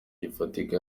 gifatika